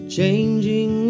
Changing